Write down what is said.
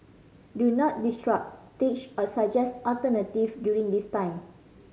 do not teach or suggest alternative during this time